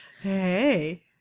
Hey